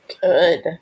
Good